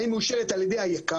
האם היא מאושרת על ידי היק"ר?